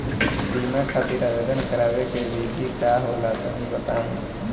बीमा खातिर आवेदन करावे के विधि का होला तनि बताईं?